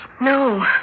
No